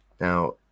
Now